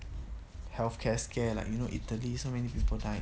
healthcare scare like you know italy so many people die